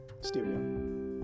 stereo